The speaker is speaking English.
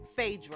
Phaedra